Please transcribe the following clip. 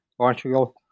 Portugal